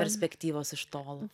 perspektyvos iš tolo